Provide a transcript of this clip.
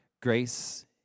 grace